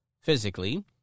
physically